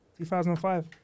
2005